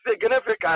significant